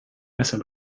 messer